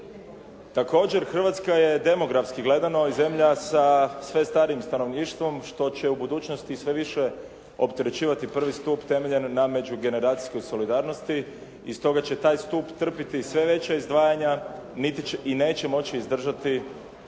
Također, Hrvatska je demografski gledano zemlja sa sve starijim stanovništvom što će u budućnosti sve više opterećivati prvi stup temeljen na međugeneracijskoj solidarnosti i stoga će taj stup trpjeti sve veća izdvajanja i neće moći izdržati